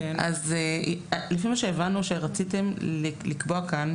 לפי מה שהבנו שרציתם לקבוע כאן,